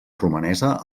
romanesa